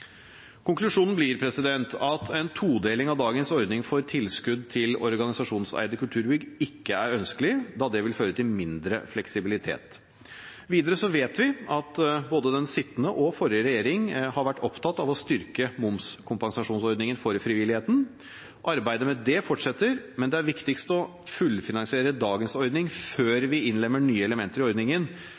Konklusjonen blir at en todeling av dagens ordning for tilskudd til organisasjonseide kulturbygg ikke er ønskelig, da det vil føre til mindre fleksibilitet. Videre vet vi at både den sittende og forrige regjering har vært opptatt av å styrke momskompensasjonsordningen for frivilligheten. Arbeidet med det fortsetter, men det er viktigst å fullfinansiere dagens ordning før vi innlemmer nye elementer i ordningen.